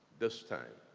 this time,